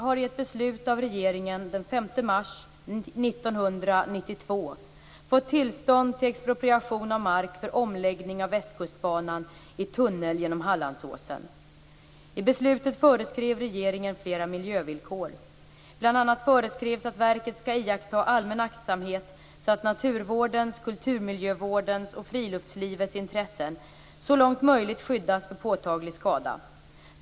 mars 1992 fått tillstånd till expropriation av mark för omläggning av Västkustbanan i tunnel genom Hallandsåsen. I beslutet föreskrev regeringen flera miljövillkor. Bl.a. föreskrevs att verket skall iaktta allmän aktsamhet så att naturvårdens, kulturmiljövårdens och friluftslivets intressen så långt möjligt skyddas för påtaglig skada.